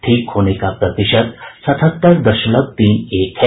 ठीक होने का प्रतिशत सतहत्तर दशमलव तीन एक है